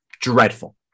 dreadful